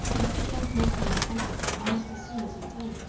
you began to make me uncomfortable almost as soon as you came.